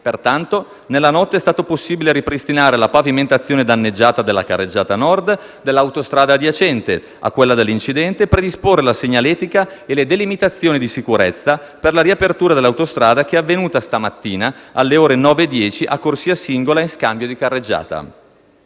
Pertanto, nella notte è stato possibile ripristinare la pavimentazione danneggiata della carreggiata nord dell'autostrada adiacente a quella dell'incidente e predisporre la segnaletica e le delimitazioni di sicurezza per la riapertura dell'autostrada, che è avvenuta stamattina alle ore 9,10, a corsia singola in scambio di carreggiata.